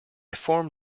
formed